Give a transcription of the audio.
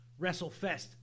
WrestleFest